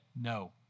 no